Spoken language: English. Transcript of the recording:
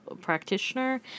practitioner